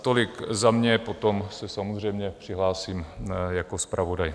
Tolik za mě, potom se samozřejmě přihlásím jako zpravodaj.